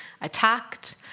attacked